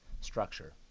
structure